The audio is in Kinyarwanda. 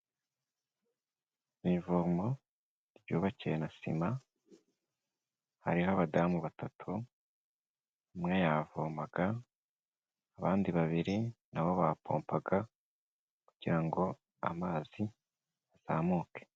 Ni ivomo ryubakiwe na sima, hariho abadamu batatu, umwe yavomaga, abandi babiri na bo bapompaga kugira ngo amazi azamuke.